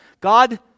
God